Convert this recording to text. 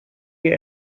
die